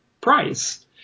price